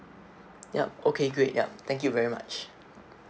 yup okay great yup thank you very much